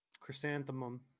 Chrysanthemum